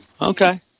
Okay